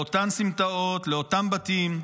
לאותן סמטאות, לאותם בתים,